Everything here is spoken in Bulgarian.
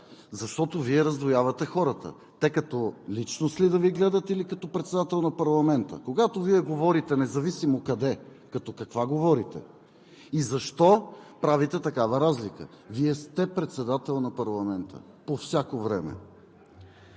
защото Вие раздвоявате хората. Те като личност ли да Ви гледат, или като председател на парламента? Когато Вие говорите – независимо къде, като каква говорите и защо правите такава разлика? Вие сте председател на парламента по всяко време.